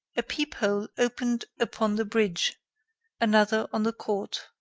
a peep-hole opened upon the bridge another on the court.